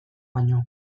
baino